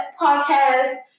podcast